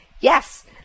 yes